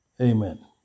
Amen